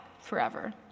forever